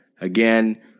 Again